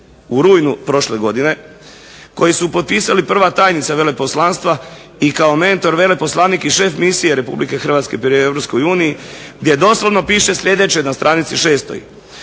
u rujnu prošle godine koji su potpisali prva tajnica veleposlanstva i kao mentor veleposlanik i šef misije Hrvatske pri Europskoj uniji gdje doslovno piše sljedeće na stanici 6: